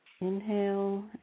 Inhale